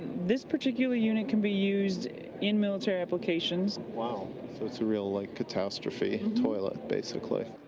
this particular unit can be used in military applications. wow, so it's a real, like, catastrophe and toilet, basically.